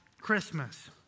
Christmas